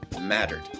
mattered